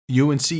UNC